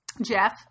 Jeff